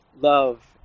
love